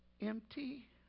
empty